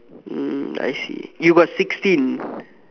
um I see you got sixteen